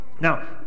Now